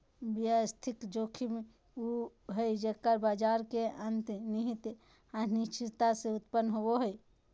व्यवस्थित जोखिम उ हइ जे बाजार के अंतर्निहित अनिश्चितता से उत्पन्न होवो हइ